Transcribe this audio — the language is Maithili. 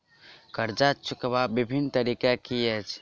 कर्जा चुकबाक बिभिन्न तरीका की अछि?